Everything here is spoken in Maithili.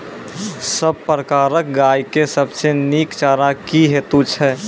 सब प्रकारक गाय के सबसे नीक चारा की हेतु छै?